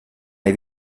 hai